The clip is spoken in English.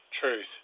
truth